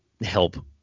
help